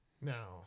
now